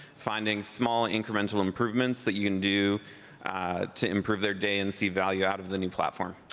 finding small incremental improvements that you can do to improve their day and see value out of the new platform.